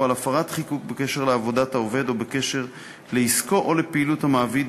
או על הפרת חיקוק בקשר לעבודת העובד או בקשר לעסקו או לפעילות המעביד,